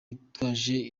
yitwaje